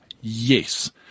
Yes